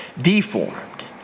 deformed